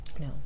No